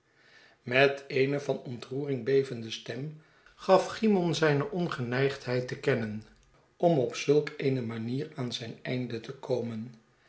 met eene van ontroering bevende stem gaf cymon zijne ongeneigdheid te kennen om op zulk eene manier aan zijn einde te komen